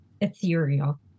ethereal